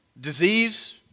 Disease